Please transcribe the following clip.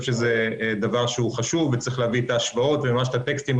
שזה דבר חשוב וצריך להביא את ההשוואות ממש את הטקסטים,